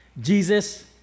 Jesus